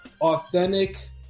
authentic